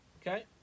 Okay